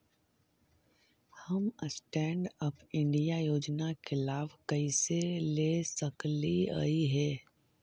हम stand up India योजना के लाभ कइसे ले सकलिअई हे